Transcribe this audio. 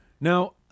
Now